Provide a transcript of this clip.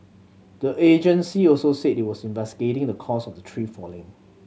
the agency also said it was investigating the cause of the tree falling